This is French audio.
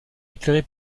éclairée